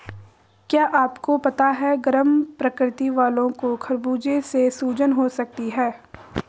क्या आपको पता है गर्म प्रकृति वालो को खरबूजे से सूजन हो सकती है?